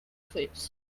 fleas